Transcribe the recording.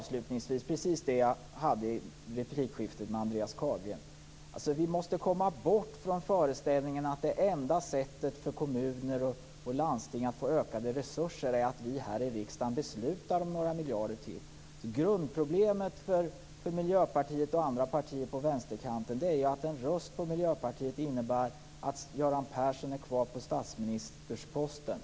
Sedan var det precis som i mitt replikskifte med Andreas Carlgren: Vi måste komma bort från föreställningen att det enda sättet för kommuner och landsting att få ökade resurser är att vi här i riksdagen beslutar om några miljarder till. Grundproblemet för Miljöpartiet - och andra partier på vänsterkanten - är att en röst på Miljöpartiet innebär att Göran Persson är kvar på statsministerposten.